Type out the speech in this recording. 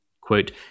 Quote